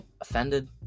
offended